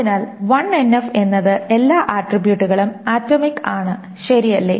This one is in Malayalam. അതിനാൽ 1NF എന്നത് എല്ലാ ആട്രിബ്യൂട്ടുകളും ആറ്റോമിക് ആണ് ശരിയല്ലേ